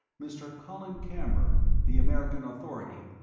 mr. colin camber, the american authority,